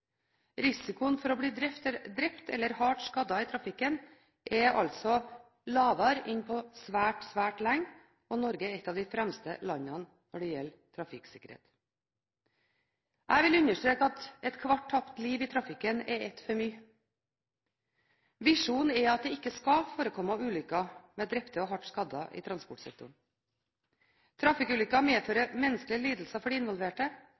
Risikoen for å bli drept eller hardt skadd i trafikken er altså lavere enn på svært, svært lenge, og Norge er et av de fremste landene når det gjelder trafikksikkerhet. Jeg vil understreke at ethvert tapt liv i trafikken er ett for mye. Visjonen er at det ikke skal forekomme ulykker med drepte og hardt skadde i transportsektoren. Trafikkulykker medfører menneskelig lidelse for de involverte